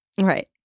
Right